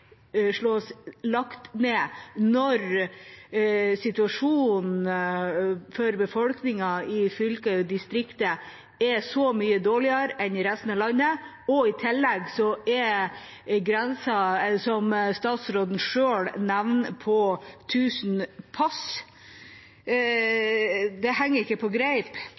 foreslås lagt ned, når situasjonen for befolkningen i fylket og i distriktet er så mye dårligere enn i resten av landet, og i tillegg er grensen som statsråden selv nevner, på 1 000 pass. Det henger ikke på greip.